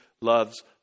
loves